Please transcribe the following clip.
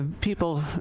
people